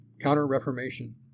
counter-reformation